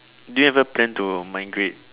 do you have a plan to migrate